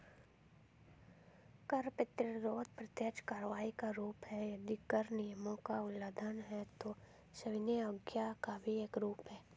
कर प्रतिरोध प्रत्यक्ष कार्रवाई का रूप है, यदि कर नियमों का उल्लंघन है, तो सविनय अवज्ञा का भी एक रूप है